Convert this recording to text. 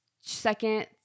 second